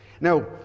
Now